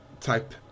type